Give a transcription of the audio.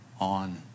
on